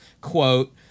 Quote